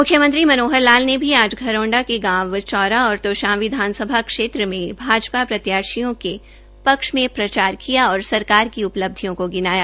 मुख्यमंत्री मनोहर लाल ने भी आज घरोंडा के गांव चौरा और तोशाम विधानसभा क्षेत्र में भाजपा प्रत्याशियों के पक्ष में प्रचार किया और सारकार की उपलब्धियों को गिनाया